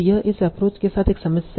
तो यह इस एप्रोच के साथ एक समस्या है